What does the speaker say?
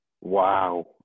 Wow